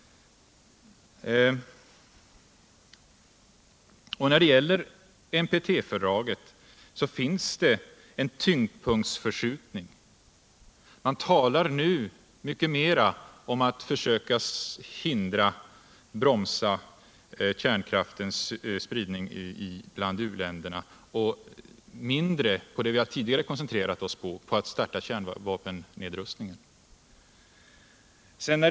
När det gäller NPT-fördraget föreligger det en tyngdpunktsförskjutning. Man talar nu mycket mera om att försöka bromsa kärnkraftens spridning bland u-länderna och mindre om vad vi tidigare koncentrerat oss på, nämligen påbörjandet av kärnvapennedrustningen.